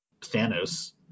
Thanos